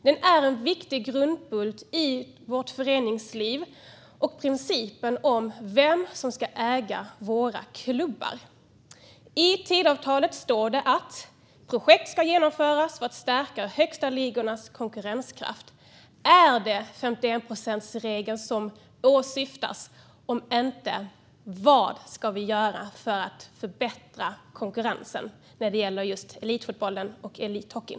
Den är en viktig grundbult i vårt föreningsliv och när det gäller vem som ska äga våra klubbar. I Tidöavtalet står det att projekt ska genomföras för att stärka de högsta ligornas konkurrenskraft. Är det 51-procentsregeln som åsyftas? Om inte, vad ska vi göra för att förbättra konkurrensen när det gäller just elitfotbollen och elithockeyn?